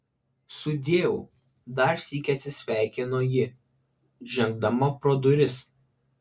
sudieu dar sykį atsisveikino ji žengdama pro duris